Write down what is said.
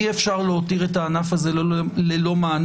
אי-אפשר להותיר את הענף הזה ללא מענה,